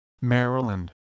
Maryland